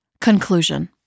Conclusion